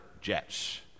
jets